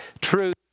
truth